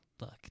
Look